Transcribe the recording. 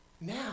now